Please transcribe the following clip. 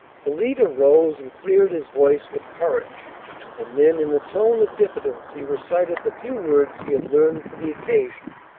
the leader rose, and cleared his voice with courage and then in a tone of diffidence he recited the few words he had learned for the occasion.